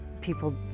people